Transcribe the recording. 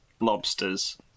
Lobsters